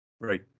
Right